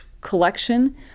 collection